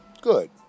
Good